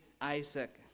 Isaac